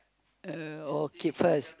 uh oh keep first